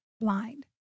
blind